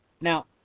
Now